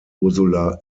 ursula